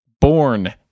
born